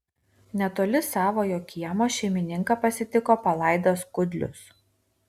netoli savojo kiemo šeimininką pasitiko palaidas kudlius